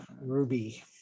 ruby